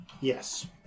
Yes